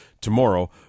tomorrow